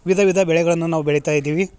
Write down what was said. ವಿಧ ವಿಧ ಬೆಳೆಗಳನ್ನ ನಾವು ಬೆಳೆತಾ ಇದ್ದೀವಿ